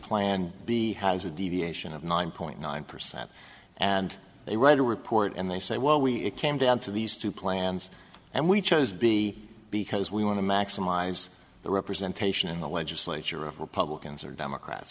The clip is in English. plan b has a deviation of nine point nine percent and they write a report and they say well we it came down to these two plans and we chose b because we want to maximize representation in the legislature of republicans or democrats